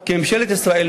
כי ממשלת ישראל,